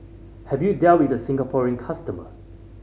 have you dealt with the Singaporean customer